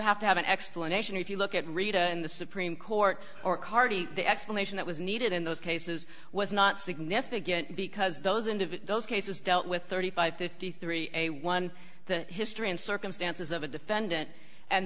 have to have an explanation if you look at rita and the supreme court or carty the explanation that was needed in those cases was not significant because those and of those cases dealt with thirty five fifty three a one the history and circumstances of a defendant and